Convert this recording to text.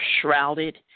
shrouded